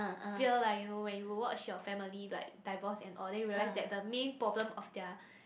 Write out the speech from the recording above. fear lah you know when you watch your family like divorce and all then you realise that the main problem of their